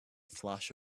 flash